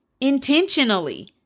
intentionally